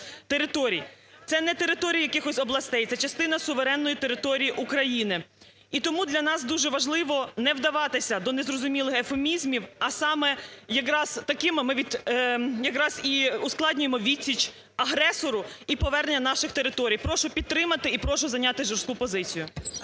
Це не території якихось областей, це частина суверенної території України. І тому для нас дуже важливо не вдаватися до незрозумілих евфемізмів, а саме якраз такими ми і ускладнюємо відсіч агресору і повернення наших територій. Прошу підтримати і прошу зайняти жорстку позицію.